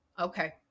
Okay